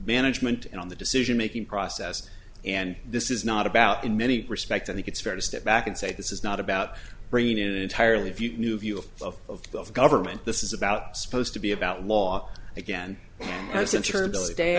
management and on the decision making process and this is not about in many respects i think it's fair to step back and say this is not about bringing in an entirely new view of the government this is about supposed to be about law again as in terms of the day i